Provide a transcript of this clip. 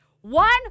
One